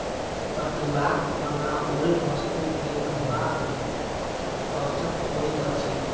पटुआक बनाओल वस्तु देखबा मे चित्तकर्षक होइत अछि